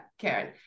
Karen